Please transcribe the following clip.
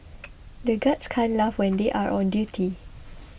the guards can't laugh when they are on duty